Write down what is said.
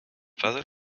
father